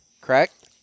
Correct